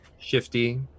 shifty